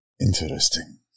Interesting